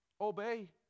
obey